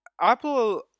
Apple